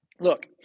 look